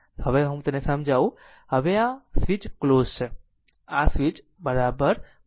હવે હું તેને સમજાવું હવે આ સ્વીચ ક્લોઝ છે આ સ્વીચ બરાબર ક્લોઝ છે